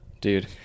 Dude